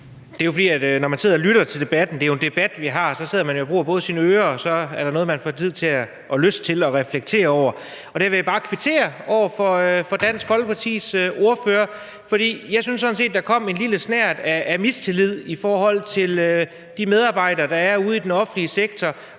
Anders Kronborg (S): Når man sidder og lytter til debatten, sidder man jo og bruger sine ører, og så er der noget, man får tid til at lytte til og reflektere over. Og det vil jeg bare gøre i forhold til Dansk Folkepartis ordfører. For jeg synes sådan set, der kom en lille snert af mistillid i forhold til de medarbejdere, der er ude i den offentlige sektor